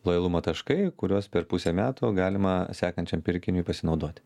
lojalumo taškai kuriuos per pusę metų galima sekančiam pirkiniui pasinaudoti